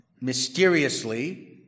mysteriously